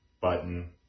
Button